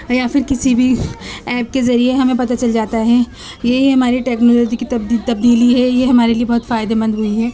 یا پھر کسی بھی ایپ کے ذریعے ہمیں پتا چل جاتا ہے یہی ہماری ٹکنالوجی کی تبدیلی ہے یہ ہمارے لیے بہت فائدہ مند ہوئی ہے